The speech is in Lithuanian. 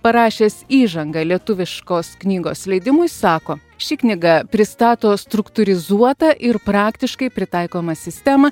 parašęs įžangą lietuviškos knygos leidimui sako ši knyga pristato struktūrizuotą ir praktiškai pritaikomą sistemą